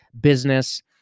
business